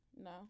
no